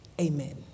Amen